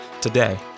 today